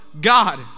God